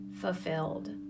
fulfilled